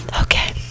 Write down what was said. Okay